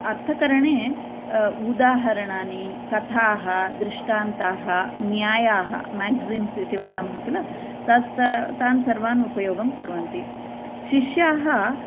अर्थकरणे उदाहरणानि कथाः दृष्टान्ताः न्यायाः म्याक्जिम्स् इति वदामः किल तत् तान् सर्वान् उपयोगं कुर्वन्ति शिश्याः